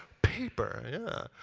paper, yeah!